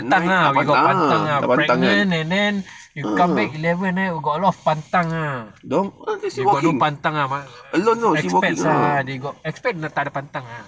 pantang lah pantang ah pregnant and then you come back eleven got a lot of pantang ah but expats ah they got no pantang ah expats they got expats dia takde pantang ah